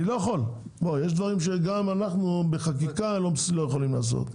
יש דברים שגם אנחנו, בחקיקה, לא יכולים לעשות.